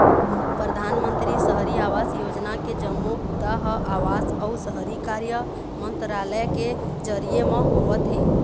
परधानमंतरी सहरी आवास योजना के जम्मो बूता ह आवास अउ शहरी कार्य मंतरालय के जरिए म होवत हे